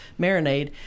marinade